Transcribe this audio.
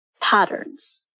patterns